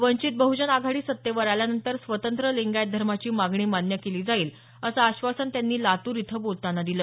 वंचित बहजन आघाडी सत्तेवर आल्यानंतर स्वतंत्र लिंगायत धर्माची मागणी मान्य केली जाईल अस आश्वासन त्यांनी लातूर इथं बोलताना दिलं